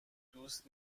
دوست